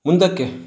ಮುಂದಕ್ಕೆ